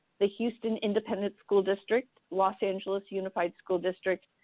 the houston independent school district, los angeles unified school district,